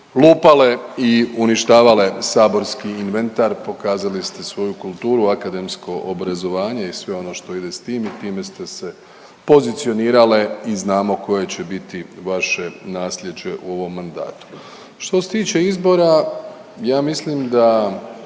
lupale i uništavale saborski inventar, pokazali ste svoju kulturu, akademsko obrazovanje i sve ono što ide s tim i time ste se pozicionirale i znamo koje će biti vaše naslijeđe u ovom mandatu. Što se tiče izbora ja mislim da